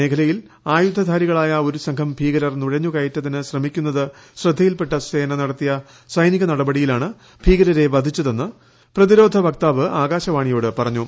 മേഖലയിൽ ആയുധധാരികളായ ഒരുസംഘം ഭീകരർ നുഴഞ്ഞ് കയറ്റത്തിന് ശ്രമിക്കുന്നത് ശ്രദ്ധയിൽപ്പെട്ട സേന നടത്തിയ സൈനിക നടപടിയിലാണ് ഭീകരരെ വധിച്ചതെന്ന് പ്രതിരോധ വക്താവ് ആകാശവാണിയോട് പറഞ്ഞു